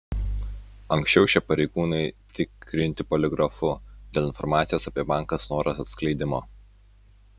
anksčiau šie pareigūnai tikrinti poligrafu dėl informacijos apie banką snoras atskleidimo